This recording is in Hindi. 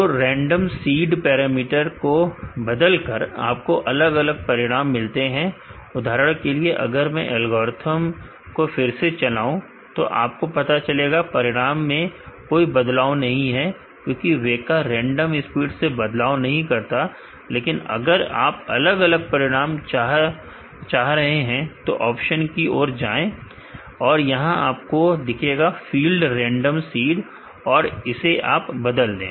तो रेंडम सीड पैरामीटर को बदलकर आपको अलग अलग परिणाम मिलते हैं उदाहरण के लिए अगर मैं एल्गोरिथ्म को फिर से चलाओ तो आपको पता चलेगा कि परिणाम में कोई बदलाव नहीं है क्योंकि वेका रेंडम स्पीड में बदलाव नहीं करता लेकिन अगर आप अलग परिणाम चाह तो ऑप्शन की ओर जाएं यहां आपको दिखेगा फील्ड रेंडम सीड और इसे आप बदल दें